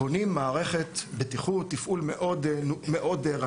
אנחנו בונים מערכת בטיחות תפעול מאוד רכה,